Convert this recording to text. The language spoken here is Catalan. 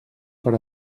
per